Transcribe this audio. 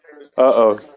Uh-oh